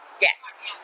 Yes